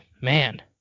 Man